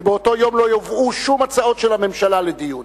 ובאותו יום לא יובאו שום הצעות של הממשלה לדיון.